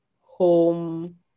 home